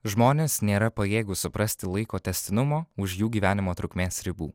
žmonės nėra pajėgūs suprasti laiko tęstinumo už jų gyvenimo trukmės ribų